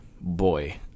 boy